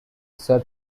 sir